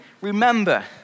Remember